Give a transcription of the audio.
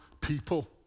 people